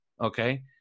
Okay